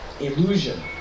illusion